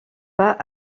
pas